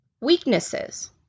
weaknesses